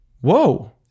whoa